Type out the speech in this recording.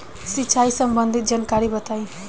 सिंचाई संबंधित जानकारी बताई?